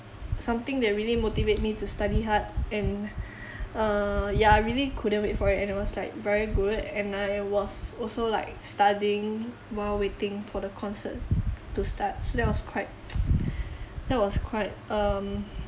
something that really motivate me to study hard and err ya I really couldn't wait for it and it was very good and I was also like studying while waiting for the concert to start so that was quite that was quite um